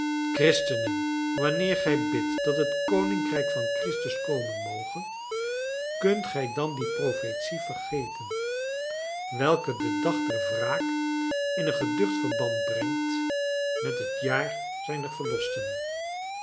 christenen wanneer gij bidt dat het koninkrijk van christus komen moge kunt gij dan die profetie vergeten welke den dag der wraak in een geducht verband brengt met het jaar zijner verlosten